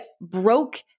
broke